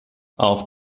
auf